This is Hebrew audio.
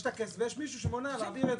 יש את הכסף ויש מישהו שמונע להעביר אותו.